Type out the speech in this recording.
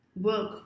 work